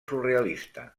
surrealista